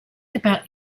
about